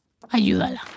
ayúdala